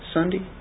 Sunday